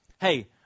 Hey